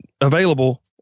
available